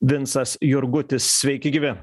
vincas jurgutis sveiki gyvi